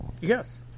Yes